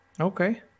Okay